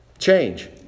Change